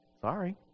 Sorry